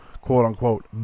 quote-unquote